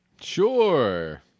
Sure